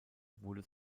wurde